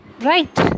right